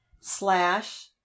slash